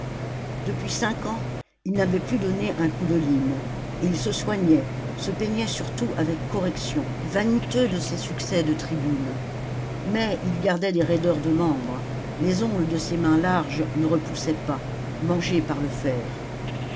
depuis cinq ans il n'avait plus donné un coup de lime et il se soignait se peignait surtout avec correction vaniteux de ses succès de tribune mais il gardait des raideurs de membres les ongles de ses mains larges ne repoussaient pas mangés par le fer